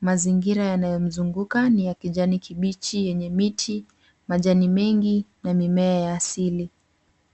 Mazingira yanayo mzunguka ni ya kijani kibichi yenye miti, majani mengi na mimea ya asili.